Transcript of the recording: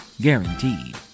guaranteed